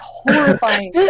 horrifying